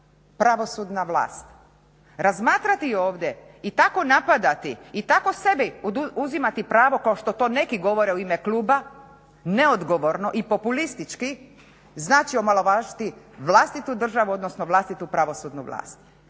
pravosudna vlast. Razmatrati ovdje i tako napadati i tako sebi uzimati pravo kao što to neki govore u ime kluba, neodgovorno i populistički, znači omalovažiti vlastitu državu odnosno vlastitu pravosudnu vlast.